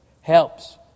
helps